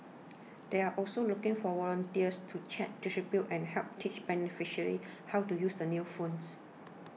they're also looking for volunteers to check distribute and help teach beneficiaries how to use the new phones